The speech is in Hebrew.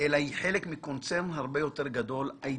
אלא היא חלק מקונצרן הרבה יותר גדול - אי.